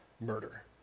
murder